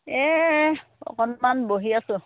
অকণমান বহি আছো